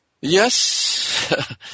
Yes